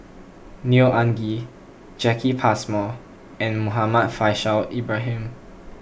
Neo Anngee Jacki Passmore and Muhammad Faishal Ibrahim